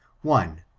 one.